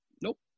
Nope